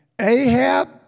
Ahab